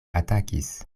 atakis